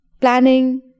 Planning